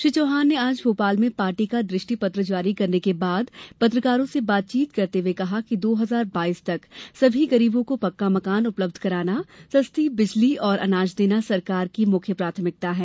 श्री चौहान ने आज भोपाल में पार्टी का दृष्टिपत्र जारी करने के बाद पत्रकारों से बातचीत करते हुए कहा कि दो हजार बाइस तक सभी गरीबों को पक्का मकान उपलब्ध कराना सस्ती बिजली और अनाज देना सरकार की मुख्य प्राथमिकता है